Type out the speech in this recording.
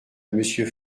monsieur